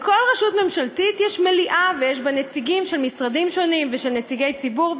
לכל רשות ממשלתית יש מליאה ויש בה נציגים של משרדים שונים ונציגי ציבור,